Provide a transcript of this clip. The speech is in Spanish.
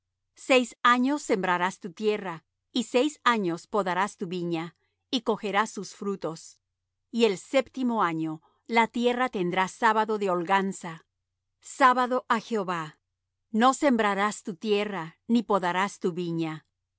seis años sembrarás tu tierra y seis años podarás tu viña y cogerás sus frutos y el séptimo año la tierra tendrá sábado de holganza sábado á jehová no sembrarás tu tierra ni podarás tu viña